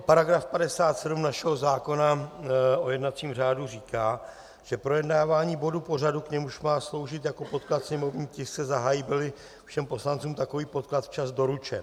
Paragraf 57 našeho zákona o jednacím řádu říká, že projednávání bodu pořadu, k němuž má sloužit jako podklad sněmovní tisk, se zahájí, bylli všem poslancům takový podklad včas doručen.